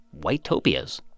white-topias